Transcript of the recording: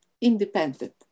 independent